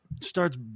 Starts